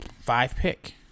five-pick